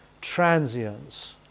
transience